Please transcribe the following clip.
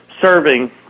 serving